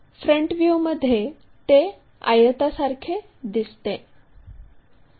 front व्ह्यूमध्ये ते आयतासारखे दिसते